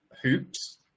Hoops